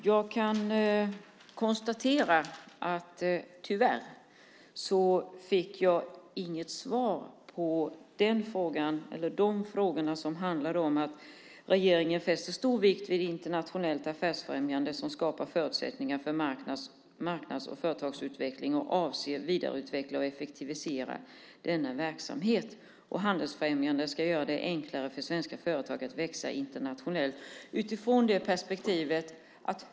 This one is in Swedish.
Jag konstaterar att jag tyvärr inte fick något svar på frågorna som handlade om att regeringen fäster stor vikt vid internationellt affärsfrämjande som skapar förutsättningar för marknads och företagsutveckling och avser att vidareutveckla och effektivisera denna verksamhet och att handelsfrämjande ska göra det enklare för svenska företag att växa internationellt.